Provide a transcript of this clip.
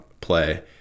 play